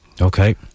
Okay